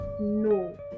No